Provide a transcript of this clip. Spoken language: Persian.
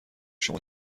شما